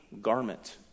garment